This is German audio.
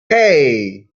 hei